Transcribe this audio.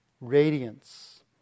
radiance